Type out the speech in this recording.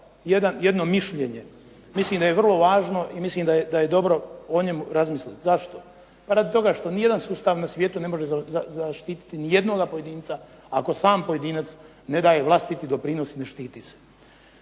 jedno mišljenje. Mislim da je vrlo važno i mislim da je dobro o njemu razmisliti. Zašto? Pa radi toga što ni jedan sustav na svijetu ne može zaštiti nijednoga pojedinca ako sam pojedinac ne daje vlastiti doprinos i ne štiti se.